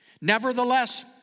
Nevertheless